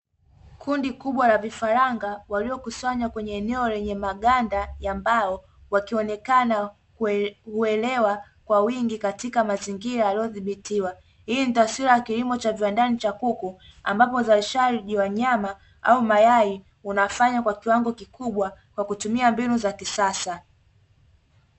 Kundi kubwa la vifaranga waliokusanywa kwenye eneo lenye maganda ya mbao, wakionekana kuelewa kwa wingi katika mazingira yaliyodhibitiwa. Hii ni taswira ya kilimo cha viwandani cha kuku ambapo uzalishaji wa nyama au mayai unafanywa kwa kiwango kikubwa kwa kutumia mbinu za kisasa.